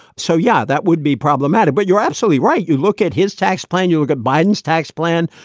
so, yeah, that would be problematic. but you're absolutely right. you look at his tax plan, you look at biden's tax plan.